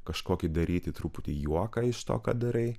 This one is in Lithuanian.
kažkokį daryti truputį juoką iš to ką darai